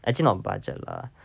actually not budget lah